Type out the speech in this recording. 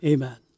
Amen